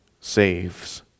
saves